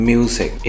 Music